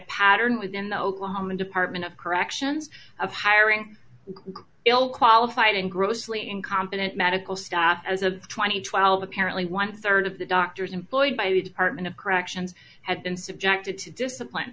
pattern within the oklahoma department of corrections of hiring ill qualified and grossly incompetent medical staff as of two thousand and twelve apparently one rd of the doctors employed by the department of corrections have been subjected to discipline